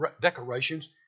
decorations